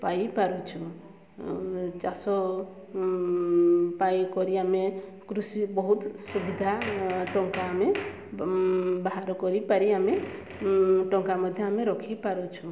ପାଇପାରୁଛୁ ଚାଷ ପାଇ କରି ଆମେ କୃଷି ବହୁତ ସୁବିଧା ଟଙ୍କା ଆମେ ବାହାର କରିପାରି ଆମେ ଟଙ୍କା ମଧ୍ୟ ଆମେ ରଖିପାରୁଛୁ